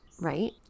right